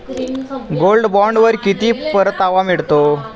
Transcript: Gold बॉण्डवर किती परतावा मिळतो?